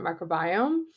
microbiome